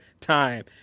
time